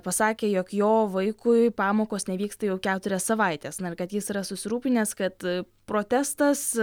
pasakė jog jo vaikui pamokos nevyksta jau keturias savaites kad jis yra susirūpinęs kad protestas